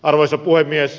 arvoisa puhemies